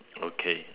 okay